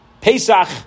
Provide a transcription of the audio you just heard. Pesach